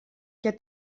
què